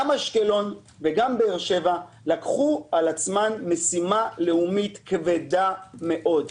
גם אשקלון וגם באר שבע לקחו על עצמן משימה לאומית כבדה מאוד,